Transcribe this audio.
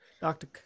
doctor